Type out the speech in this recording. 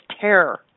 terror